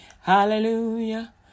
Hallelujah